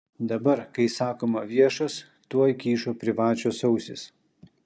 dabar kai sakoma viešas tuoj kyšo privačios ausys